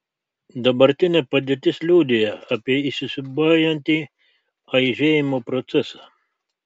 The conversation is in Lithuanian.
dabartinė padėtis liudija apie įsisiūbuojantį aižėjimo procesą